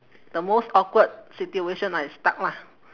the most awkward situation I stuck lah